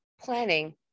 planning